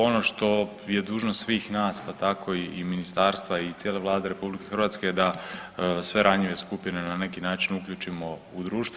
Ono što je dužnost svih nas pa tako i ministarstva i cijele Vlade RH je da sve ranjive skupine na neki način uključimo u društvo.